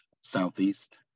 Southeast